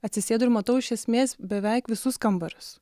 atsisėdu ir matau iš esmės beveik visus kambarius